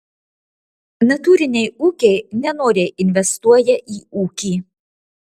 natūriniai ūkiai nenoriai investuoja į ūkį